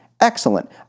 Excellent